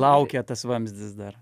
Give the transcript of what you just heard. laukia tas vamzdis dar